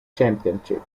championship